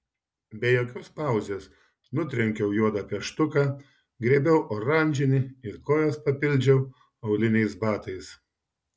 be jokios pauzės nutrenkiau juodą pieštuką griebiau oranžinį ir kojas papildžiau auliniais batais